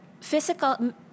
physical